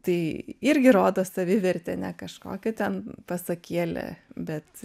tai irgi rodo savivertę ne kažkokią ten pasakėlė bet